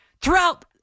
throughout